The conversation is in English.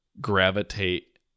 gravitate